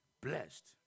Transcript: blessed